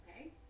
okay